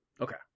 Okay